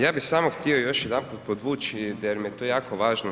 Ja bih samo htio još jedanput povući jer mi je to jako važno.